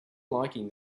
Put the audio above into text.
liking